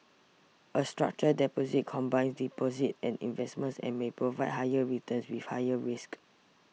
a structured deposit combines deposits and investments and may provide higher returns with higher risks